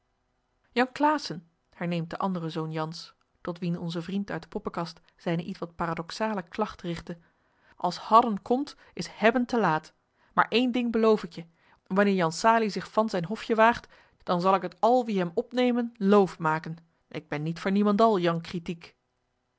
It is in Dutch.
claassen herneemt de andere zoon jan's tot wien onze vriend uit de poppenkast zijne ietwat paradoxale klagt rigtte als h a d d e n komt is h e b b e n te laat maar één ding beloof ik je wanneer jan salie zich van zijn hofje waagt dan zal ik het al wie hem opnemen loof maken ik ben niet voor niemendal jan kritiek